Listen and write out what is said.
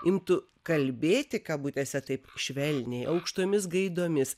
imtų kalbėti kabutėse taip švelniai aukštomis gaidomis